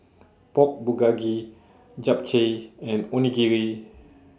Pork Bulgogi Japchae and Onigiri